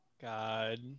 God